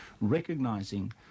recognizing